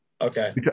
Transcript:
okay